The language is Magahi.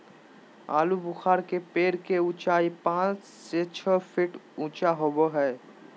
आलूबुखारा के पेड़ के उचाई पांच से छह फीट ऊँचा होबो हइ